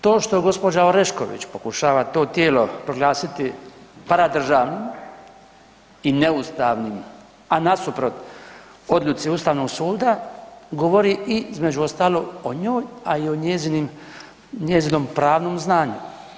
To što gospođa Orešković pokušava to tijelo proglasiti paradržavnim i neustavnim, a nasuprot odluci Ustavnog suda govori i između ostalog o njoj, a i o njezinom pravnom znanju.